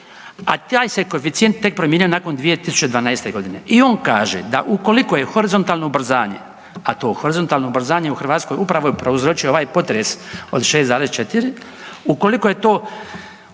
a taj se koeficijent tek promijenio nakon 2012. g. i on kaže da ukoliko je horizontalno ubrzanje, a to horizontalno ubrzanje u Hrvatskoj upravo je prouzročio ovaj potres od 6,4, ukoliko je to